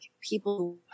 people